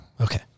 Okay